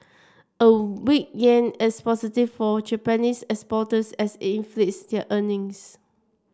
a weak yen as positive for Japanese exporters as inflates their earnings